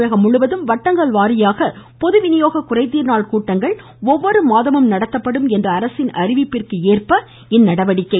தமிழகம் முழுவதும் வட்டங்கள் வாரியாக பொதுவிநியோக குறைதீர் நாள் கூட்டங்கள் ஒவ்வொரு மாதமும் நடத்தப்படும் என்று அரசின் அறிவிப்பிந்கு ஏற்ப இந்நடவடிக்கை